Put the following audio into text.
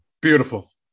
Beautiful